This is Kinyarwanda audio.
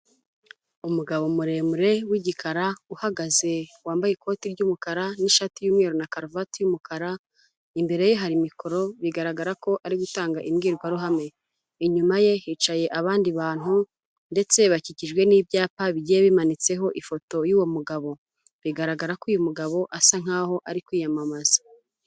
Umugabo muremure w'igikara uhagaze wambaye ikoti ry'umukara n'ishati y'umweru na karuvati y'umukara, imbere ye hari mikoro bigaragara ko ari gutanga imbwirwaruhame, inyuma ye hicaye abandi bantu ndetse bakikijwe n'ibyapa bigiye bimanitseho ifoto y'uwo mugabo, bigaragara ko uyu mugabo asa nkaho ari kwiyamamaza.